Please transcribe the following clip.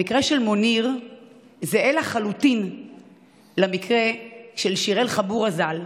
המקרה של מוניר זהה לחלוטין למקרה של שיראל חבורה ז"ל,